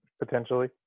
Potentially